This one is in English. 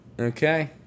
Okay